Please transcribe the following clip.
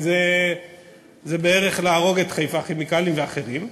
כי זה בערך להרוג את "חיפה כימיקלים" ואחרים.